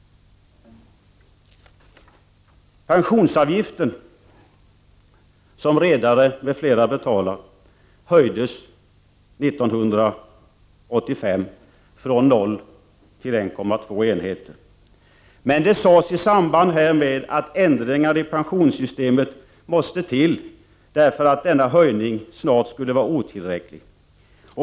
Pensionsavgiften, som redare m.fl. betalar, höjdes 1985 från 0,8 till 1,2 enheter, men det sades i samband härmed att ändringar i pensionssystemet måste till, för denna höjning skulle snart vara otillräcklig.